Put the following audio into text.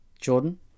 Jordan